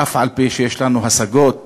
אומנם יש לנו השגות